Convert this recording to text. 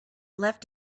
left